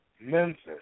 Memphis